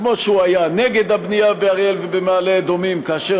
כמו שהוא היה נגד הבנייה באריאל ובמעלה-אדומים כאשר